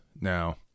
Now